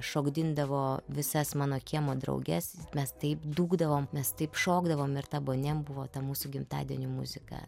šokdindavo visas mano kiemo drauges mes taip dūkdavom mes taip šokdavom ir ta boni em buvo ta mūsų gimtadienių muzika